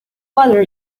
water